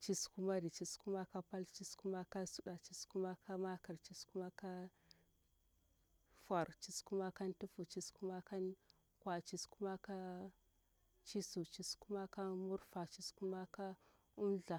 nciskumari nciskumaka pal nciskumaka suɗa nciskumaka makir nciskumakanfor nciskumakantufu nciskumakankwa nciskumakacisu nciskumaka murfa nciskumaka'umda